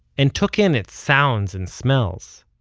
and took in its sounds and smells.